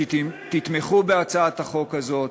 שתתמכו בהצעת החוק הזאת,